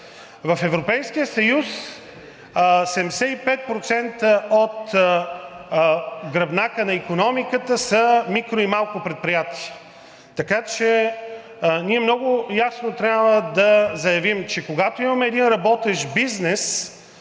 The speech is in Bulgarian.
В Европейския съюз 75% от гръбнака на икономиката са микро- и малки предприятия, така че ние много ясно трябва да заявим, че когато имаме един работещ бизнес